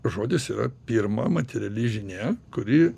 žodis yra pirma materiali žinia kuri